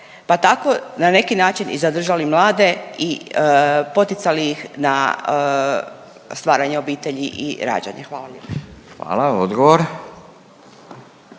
pa tako na neki način i zadržali mlade i poticali ih na stvaranje obitelji i rađanje? Hvala lijepo.